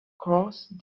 crossed